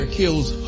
kills